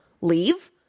Leave